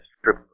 strip